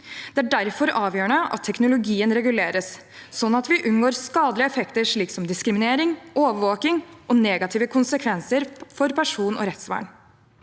Det er derfor avgjørende at teknologien reguleres, sånn at vi unngår skadelige effekter som diskriminering, overvåking og negative konsekvenser for person- og rettsvern.